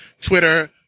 Twitter